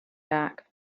back